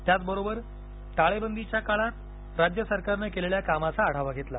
त्याचबरोबर टाळेबंदीच्या काळात राज्य सरकारनं केलेल्या कामाचा आढावा घेतला